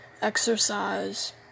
exercise